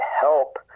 help